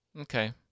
Okay